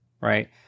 right